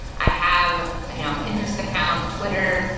i have a and pinterest account, twitter,